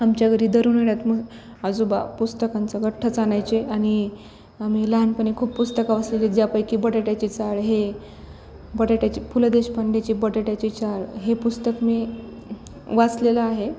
आमच्या घरी दर उन्हाळ्यातनं आजोबा पुस्तकांचं गठ्ठाच आणायचे आणि आम्ही लहानपणी खूप पुस्तकं वाचलेली ज्यापैकी बटाट्याची चाळ हे बटाट्याची पु ल देशपांडेचे बटाट्याचे चाळ हे पुस्तक मी वाचलेलं आहे